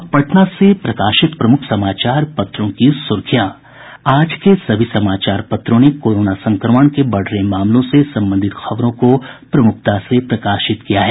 अब पटना से प्रकाशित प्रमुख समाचार पत्रों की सुर्खियां आज के सभी समाचार पत्रों ने कोरोना संक्रमण के बढ़ रहे मामलों से संबंधित खबरों को प्रमुखता से प्रकाशित किया है